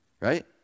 right